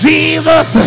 Jesus